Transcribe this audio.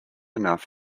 enough